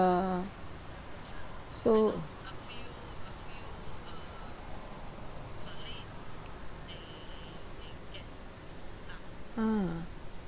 so ah